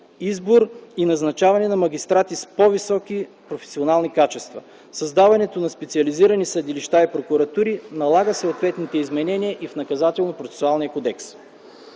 избор и назначаване на магистрати с по-високи професионални качества. Създаването на специализирани съдилища и прокуратури налага съответните изменения и в Наказателнопроцесуалния кодекс.